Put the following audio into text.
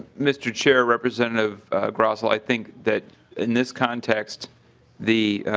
mr. chair representative grossell i think that in this context the